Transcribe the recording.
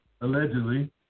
allegedly